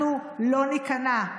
אנחנו לא ניכנע.